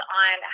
on